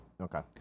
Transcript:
Okay